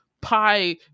pie